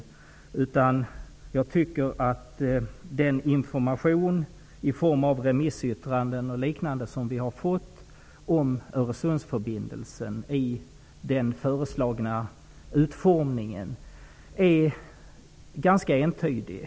Den information som kommit oss till del i form av bl.a. remissyttranden om Öresundsförbindelsen i föreslagen utformning är ganska entydig.